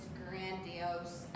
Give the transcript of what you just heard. grandiose